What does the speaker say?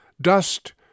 Dust